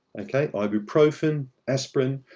okay, ibuprofen, aspirin,